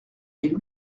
mille